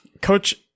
Coach